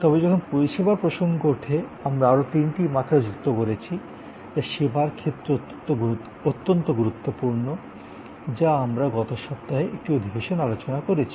তবে যখন পরিষেবার প্রসঙ্গ ওঠে আমরা আরও তিনটি মাত্রা যুক্ত করেছি যা সেবার ক্ষেত্রে অত্যন্ত গুরুত্বপূর্ণ যা আমরা গত সপ্তাহে একটি সেশনে আলোচনা করেছি